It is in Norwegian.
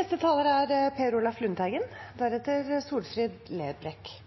Et velorganisert arbeidsliv er